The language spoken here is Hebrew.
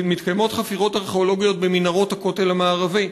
מתקיימות חפירות ארכיאולוגיות במנהרות הכותל המערבי,